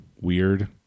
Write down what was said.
weird